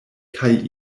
kaj